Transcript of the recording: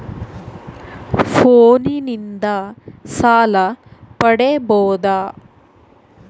ಫೋನಿನಿಂದ ಸಾಲ ಪಡೇಬೋದ?